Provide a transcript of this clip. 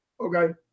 Okay